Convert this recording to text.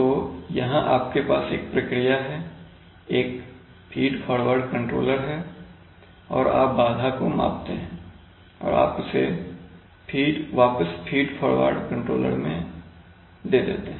तो यहां आपके पास एक प्रक्रिया है एक फीड फॉरवर्ड कंट्रोलर है और आप बाधा को मापते हैं और उसे वापस फीड फॉरवर्ड कंट्रोलर मैं दे देते हैं